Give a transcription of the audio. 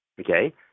okay